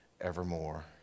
evermore